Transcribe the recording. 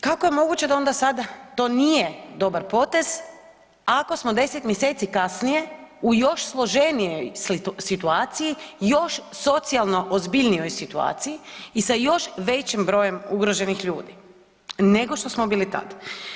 Kako je moguće da onda sada to nije dobar potez ako smo 10 mjeseci kasnije u još složenijoj situaciji i još socijalno ozbiljnijoj situaciji i sa još većim brojem ugroženih ljudi nego što smo bili tad?